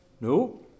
No